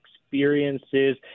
experiences